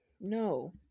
No